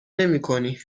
نمیکنی